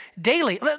daily